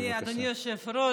אדוני היושב-ראש,